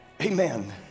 amen